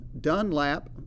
Dunlap